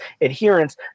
adherence